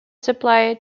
supply